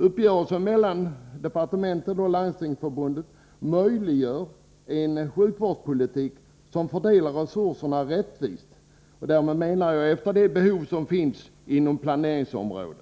Uppgörelsen mellan departementet och Landstingsförbundet möjliggör en sjukvårdspolitik som fördelar resurserna rättvist, dvs. efter de behov som finns inom planeringsområdet